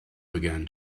began